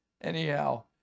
Anyhow